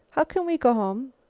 how can we go home?